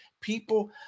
people